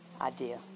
idea